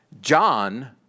John